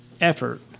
effort